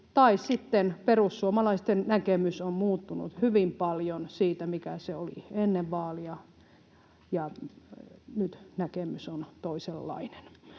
tai sitten perussuomalaisten näkemys on muuttunut hyvin paljon siitä, mikä se oli ennen vaalia, ja nyt näkemys on toisenlainen.